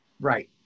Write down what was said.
Right